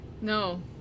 no